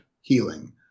healing